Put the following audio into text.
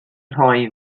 rhoi